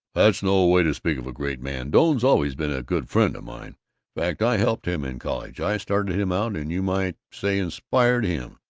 that's no way to speak of a great man! doane's always been a good friend of mine fact i helped him in college i started him out and you might say inspired him.